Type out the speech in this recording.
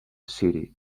city